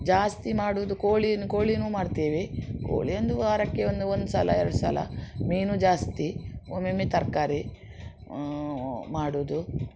ಜಾಸ್ತಿ ಮಾಡುವುದು ಕೋಳಿ ಕೋಳಿನು ಮಾಡ್ತೇವೆ ಕೋಳಿ ಒಂದು ವಾರಕ್ಕೆ ಒಂದು ಒಂದು ಸಲ ಎರಡು ಸಲ ಮೀನು ಜಾಸ್ತಿ ಒಮ್ಮೊಮ್ಮೆ ತರಕಾರಿ ಮಾಡುವುದು